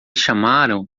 chamaram